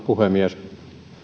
puhemies